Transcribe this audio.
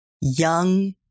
young